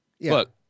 Look